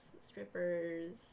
strippers